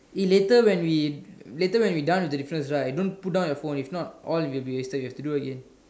eh later when we later when we done with the difference don't put down your phone if not all will be wasted you have to do again